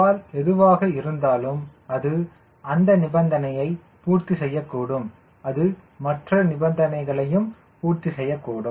சவால் எதுவாக இருந்தாலும் அது அந்த நிபந்தனையை பூர்த்திசெய்யக்கூடும் அது மற்ற நிபந்தனை பூர்த்தி செய்யக்கூடும்